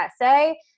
essay